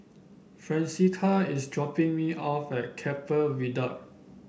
Francesca is dropping me off at Keppel Viaduct